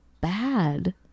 bad